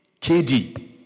KD